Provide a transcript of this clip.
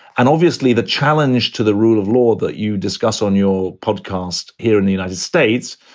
and obviously the challenge to the rule of law that you discuss on your podcast here in the united states,